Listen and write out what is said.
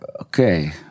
Okay